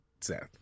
Seth